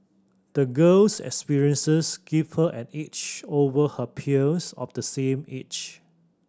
the girl's experiences gave her an edge over her peers of the same age